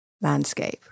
landscape